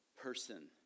person